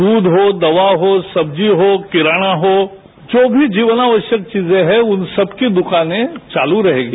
दूध हो दवा हो सब्जी हो किराना हो जो भी जीवनावश्यक चीज हैं उन सब की दुकानें चालू रहेंगी